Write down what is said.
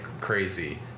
crazy